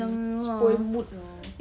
hmm spoil mood lah